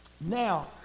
Now